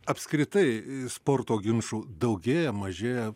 apskritai sporto ginčų daugėja mažėja